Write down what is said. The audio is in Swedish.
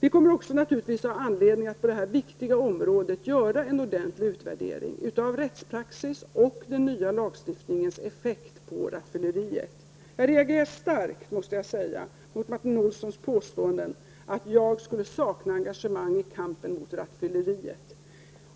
Självfallet kommer vi också att ha anledning att på detta viktiga område göra en ordentlig utvärdering av rättspraxis och den nya lagstiftningens effekter på rattfylleriet. Jag måste säga att jag reagerar starkt på Martin Olssons påståenden om att jag skulle sakna engagemang beträffande kampen mot rattfylleriet.